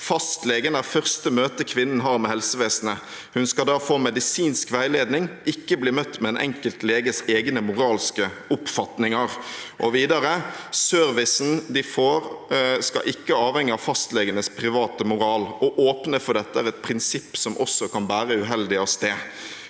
«Fastlegen er første møte kvinnen har med helsevesenet. Hun skal da få medisinsk veiledning, ikke bli møtt med en enkelt leges egne moralske oppfatninger.» Og videre: Servicen de får, skal ikke «avhenge av fastlegenes private moral. Å åpne for dette er et prinsipp som også kan bære uheldig av sted.»